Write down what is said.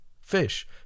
fish